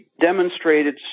demonstrated